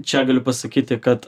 čia galiu pasakyti kad